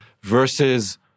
versus